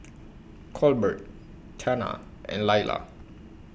Colbert Tana and Laila